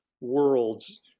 worlds